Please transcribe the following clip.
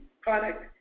product